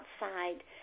outside